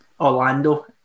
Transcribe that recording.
Orlando